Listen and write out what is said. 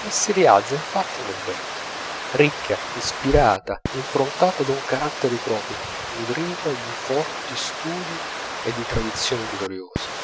e si rialza infatti nel belgio ricca ispirata improntata d'un carattere proprio nudrita di forti studi e di tradizioni gloriose